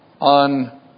on